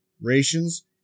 rations